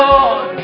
Lord